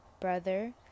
brother